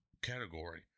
category